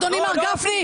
אדוני מר גפני,